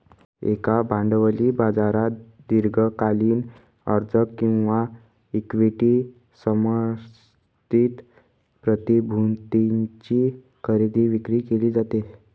एका भांडवली बाजारात दीर्घकालीन कर्ज किंवा इक्विटी समर्थित प्रतिभूतींची खरेदी विक्री केली जाते